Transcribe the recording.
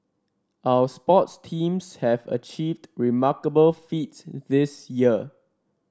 our sports teams have achieved remarkable feats this year